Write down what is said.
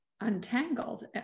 untangled